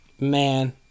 Man